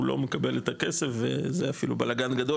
הוא לא מקבל את הכסף וזה אפילו בלגן גדול,